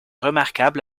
remarquable